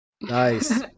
Nice